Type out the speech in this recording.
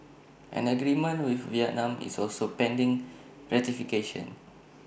an agreement with Vietnam is also pending ratification